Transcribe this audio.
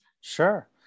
Sure